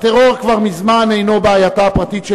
הטרור כבר מזמן אינו בעייתה הפרטית של